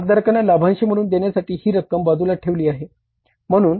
भागधारकांना लाभांश म्हणून देण्यासाठी ही रक्कम बाजूला ठेवली आहे